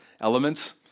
elements